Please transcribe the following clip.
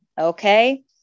Okay